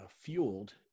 fueled